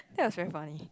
that was very funny